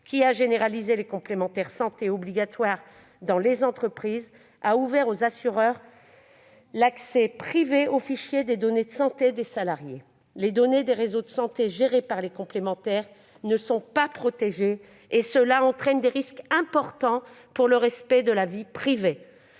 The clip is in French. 2013 a généralisé les complémentaires santé obligatoires dans les entreprises et ouvert aux assureurs privés l'accès aux fichiers des données de santé des salariés. Les données des réseaux de santé gérés par les complémentaires ne sont pas protégées, ce qui fait peser des risques élevés sur le respect de la vie privée.